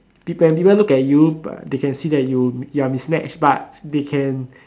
people when people look at you but they can see that you ya mismatched part they can